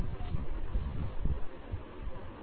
वर्ग sigma L वर्ग mu D वर्ग सिग्मा एल वर्ग